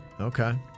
Okay